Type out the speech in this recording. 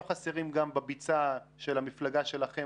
לא חסרים גם בביצה של המפלגה שלכם,